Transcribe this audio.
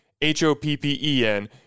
H-O-P-P-E-N